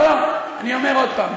אני אומר עוד פעם.